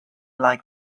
like